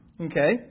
okay